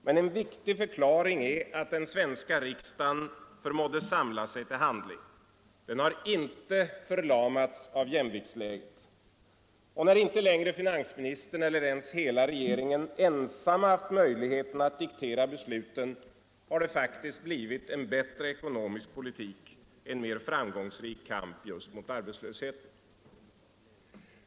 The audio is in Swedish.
Men en viktig förklaring är att den svenska riksdagen förmådde samla sig till handling. Den har inte förlamats av jämviktsläget. Och när inte längre finansministern eller ens hela regeringen ensam haft möjlighet att diktera besluten har det faktiskt blivit en bättre ekonomisk politik, en mer framgångsrik kamp mot just arbetslösheten.